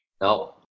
No